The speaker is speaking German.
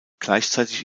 gleichzeitig